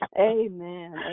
Amen